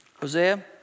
Hosea